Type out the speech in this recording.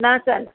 न त